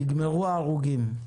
נגמרו ההרוגים.